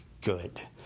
good